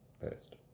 first